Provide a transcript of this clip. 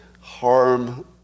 harm